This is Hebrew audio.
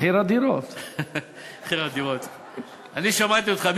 אני שמעתי אותך,